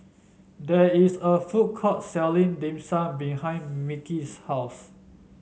there is a food court selling Dim Sum behind Micky's house